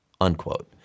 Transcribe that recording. unquote